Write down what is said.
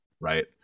right